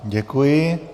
Děkuji.